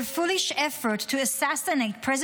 Their foolish efforts to assassinate President